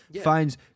Finds